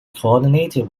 coordinated